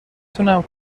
تونم